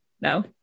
No